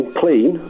clean